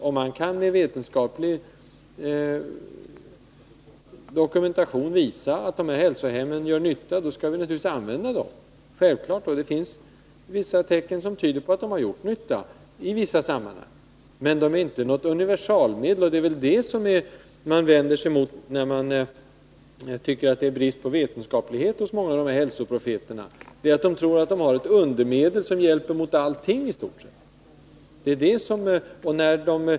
Om man med en sådan kan visa att hälsohemmen är bra, skall vi naturligtvis använda dem. Det finns tecken som tyder på att de har gjort nytta i vissa sammanhang, men de är inte något universalmedel. Vad man vänder sig emot hos många av hälsoprofeterna är, att de tror sig ha ett undermedel, som hjälper mot i stort sett allting.